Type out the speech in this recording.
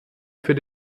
für